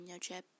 chips